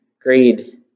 greed